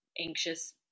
anxious